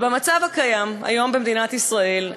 במצב הקיים היום במדינת ישראל,